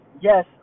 yes